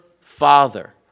father